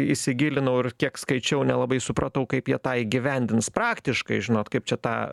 įsigilinau ir kiek skaičiau nelabai supratau kaip jie tą įgyvendins praktiškai žinot kaip čia tą